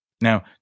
Now